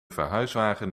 verhuiswagen